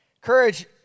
Courage